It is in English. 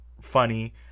funny